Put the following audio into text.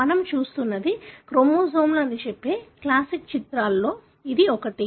మీరు చూస్తున్నది క్రోమోజోమ్లు అని చెప్పే క్లాసిక్ చిత్రాలలో ఇది ఒకటి